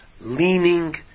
leaning